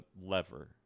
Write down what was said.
lever